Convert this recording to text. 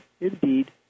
indeed